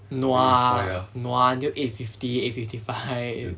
nua nua until eight fifty eight fifty five